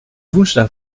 woensdag